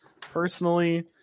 Personally